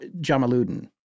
Jamaluddin